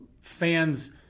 fans